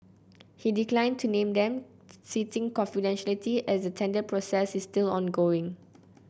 he declined to name them citing confidentiality as the tender process is still ongoing